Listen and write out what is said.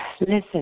Listen